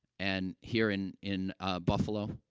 and here in in, ah, buffalo,